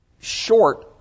short